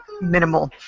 minimal